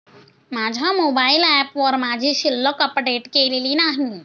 माझ्या मोबाइल ऍपवर माझी शिल्लक अपडेट केलेली नाही